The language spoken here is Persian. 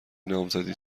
نامزدی